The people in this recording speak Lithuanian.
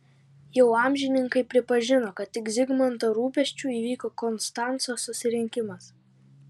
jau amžininkai pripažino kad tik zigmanto rūpesčiu įvyko konstanco susirinkimas